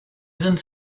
didn’t